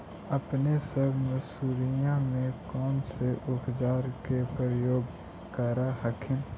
अपने सब मसुरिया मे कौन से उपचार के प्रयोग कर हखिन?